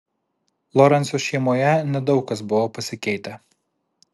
lorencų šeimoje nedaug kas buvo pasikeitę